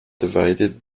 divided